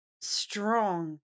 strong